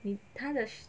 你他的